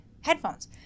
headphones